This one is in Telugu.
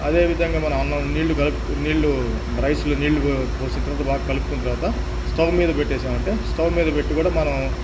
అదేవిధంగా మనం అన్నం నీళ్లు కలుపుకొని నీళ్లు రైస్లో నీళ్లు పో పోసిన తరువాత బాగా కలుపుకున్న తరువాత స్టవ్ మీద పెట్టేసామంటే స్టవ్ మీద పెట్టి కూడా మనం